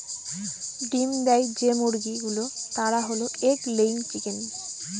ডিম দেয় যে মুরগি গুলো তারা হল এগ লেয়িং চিকেন